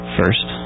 first